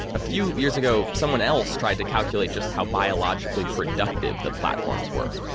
a few years ago, someone else tried to calculate just how biologically productive the platforms were.